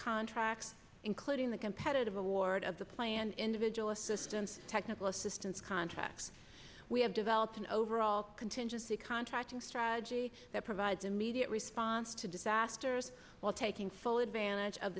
contracts including the competitive award of the planned individual assistance technical assistance contract we have developed an overall contingency contracting strategy that provides immediate response to disasters while taking full advantage of